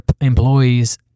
employees